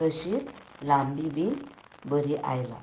तशींच लांबी बीन बरी आयला